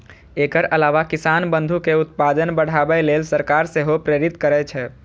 एकर अलावा किसान बंधु कें उत्पादन बढ़ाबै लेल सरकार सेहो प्रेरित करै छै